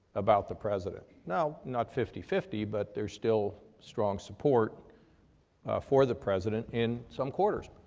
about the president. now, not fifty fifty but there's still strong support for the president in some quarters.